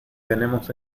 tenemos